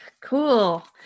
Cool